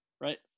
Right